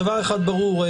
דבר אחד ברור,